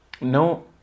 No